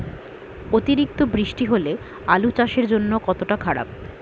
অতিরিক্ত বৃষ্টি হলে আলু চাষের জন্য কতটা খারাপ?